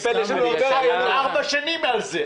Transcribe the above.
בגלל שהיה --- אני ארבע שנים על זה.